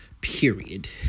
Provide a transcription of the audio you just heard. period